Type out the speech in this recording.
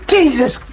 Jesus